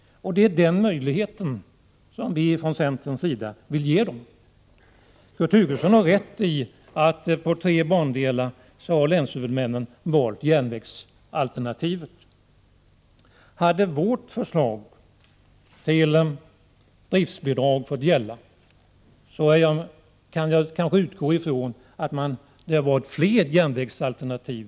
Det är den möjligheten som centern vill ge. Kurt Hugosson har rätt i att länshuvudmännen har valt järnvägsalternativet beträffande tre bandelar. Hade vårt förslag till driftsbidrag fått gälla, kan man kanske utgå ifrån att det hade funnits kvar fler järnvägsalternativ.